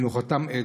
מנוחתם עדן.